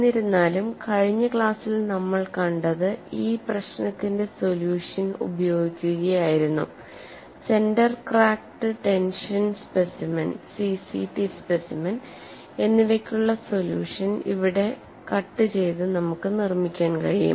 എന്നിരുന്നാലും കഴിഞ്ഞ ക്ലാസ്സിൽ നമ്മൾ കണ്ടത് ഈ പ്രശ്നത്തിന്റെ സൊല്യൂഷൻ ഉപയോഗിക്കുകയായിരുന്നുസെന്റർ ക്രാക്കഡ് ടെൻഷൻ സ്പെസിമെൻ എന്നിവയ്ക്കുള്ള സൊല്യൂഷൻ ഇവിടെ കട്ട് ചെയ്തു നമുക്ക് നിർമ്മിക്കാൻ കഴിയും